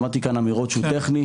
שמעתי כאן אמירות שהוא טכני,